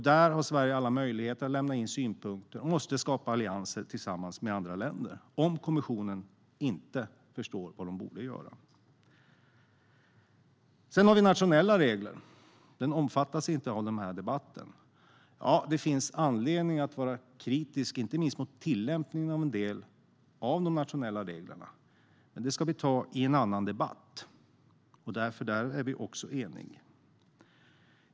Där har Sverige alla möjligheter att lämna in synpunkter och skapa allianser tillsammans med andra länder, om kommissionen inte förstår vad man borde göra. Sedan har vi nationella regler, men de omfattas inte av den här debatten. Det finns anledning att vara kritisk, inte minst mot tillämpningen av en del av de nationella reglerna. Men det ska vi ta i en annan debatt. Där är vi också eniga. Herr talman!